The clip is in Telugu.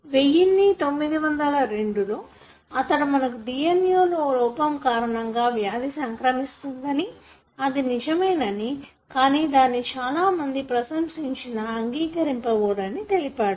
1902 అతడు మనకు DNA లో లోపం కారణంగా వ్యాధి సంక్రమిస్తుందని అది నిజమనీ కానీ దానిని చాలామంది ప్రశం సించినా అంగీకరించబోరని తెలిపాడు